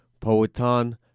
Poetan